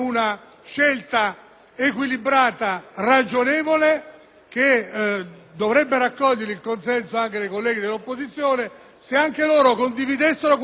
che dovrebbe raccogliere anche il consenso dei colleghi dell'opposizione se anche loro condividessero questo principio: cioè che la presenza, in maniera irregolare,